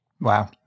Wow